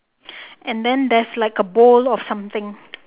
and then there's like a bowl of something